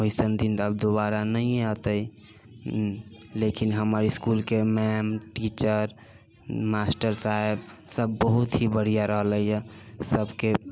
वैसन दिन आब दुबारा नहि औते लेकिन हमर इसकुलके मैम टीचर मास्टर साहेब सभ बहुत ही बढ़िआँ रहलै इएह सभके